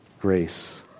grace